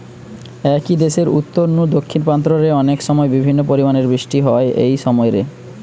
একই দেশের উত্তর নু দক্ষিণ প্রান্ত রে অনেকসময় বিভিন্ন পরিমাণের বৃষ্টি হয় একই সময় রে